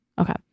okay